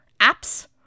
apps